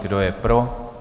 Kdo je pro?